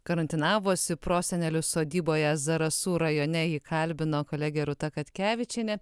karantinavosi prosenelių sodyboje zarasų rajone jį kalbino kolegė rūta katkevičienė